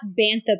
Bantha